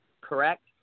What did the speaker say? correct